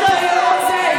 אין לך בושה,